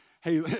hey